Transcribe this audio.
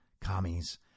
commies